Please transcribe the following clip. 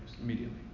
immediately